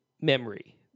memory